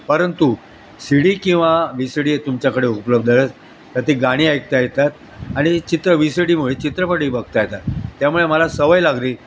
परंतु C D किंवा V C D एक तुमच्याकडे उपलब्ध आहे तर ती गाणी ऐकता ऐतात आणि चित्र वि सी डीमुळे चित्रपटही बघता येतात त्यामुळे मला सवय लागली